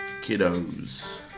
kiddos